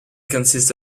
consist